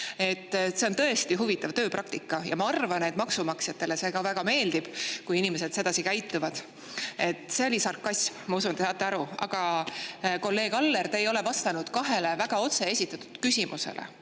See on tõesti huvitav tööpraktika ja ma arvan, et maksumaksjatele see ka väga meeldib, kui inimesed sedasi käituvad. See oli sarkasm – ma usun, et te saate aru. Aga kolleeg Aller, te ei ole vastanud kahele väga otse esitatud küsimusele.